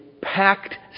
packed